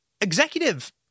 executive